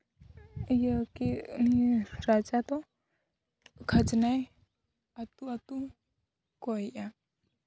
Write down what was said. ᱤᱭᱟᱹ ᱠᱤ ᱩᱱᱤ ᱨᱟᱡᱟ ᱫᱚ ᱠᱷᱟᱡᱽᱱᱟᱭ ᱟᱛᱳ ᱟᱛᱳ ᱠᱚᱭᱮᱜᱼᱟ